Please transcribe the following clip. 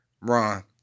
Ron